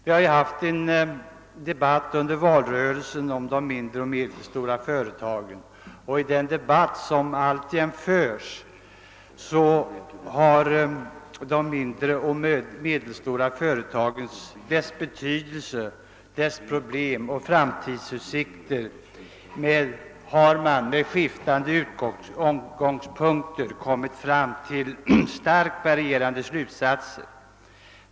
I den diskussion om de mindre och medelstora företagen som fördes under valrörelsen och som alltjämt förs om dessa företags betydelse, problem och framtidsutsikter har man från skiftande utgångspunkter kommit fram till starkt varierande slutsatser.